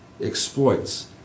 exploits